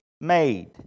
made